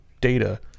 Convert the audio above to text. data